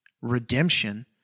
Redemption